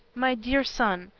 my dear son,